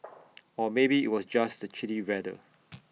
or maybe IT was just the chilly weather